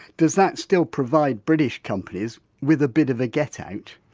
does that still provide british companies with a bit of a get out?